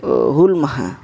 ᱦᱩᱞ ᱢᱟᱦᱟ